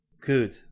Good